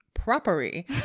property